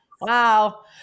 Wow